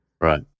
Right